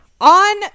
on